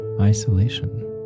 isolation